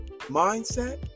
Mindset